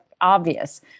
obvious